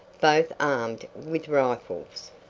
both armed with rifles.